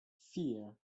vier